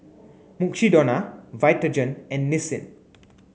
Mukshidonna Vitagen and Nissin